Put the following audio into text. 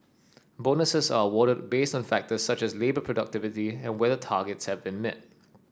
bonuses are awarded based on factor such as labour productivity and whether targets have been met